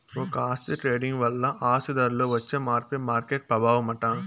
ఒక ఆస్తి ట్రేడింగ్ వల్ల ఆ ఆస్తి ధరలో వచ్చే మార్పే మార్కెట్ ప్రభావమట